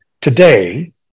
today